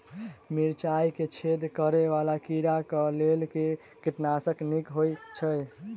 मिर्चाय मे छेद करै वला कीड़ा कऽ लेल केँ कीटनाशक नीक होइ छै?